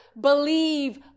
believe